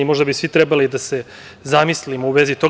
Možda bi svi trebali da se zamislimo u vezi toga.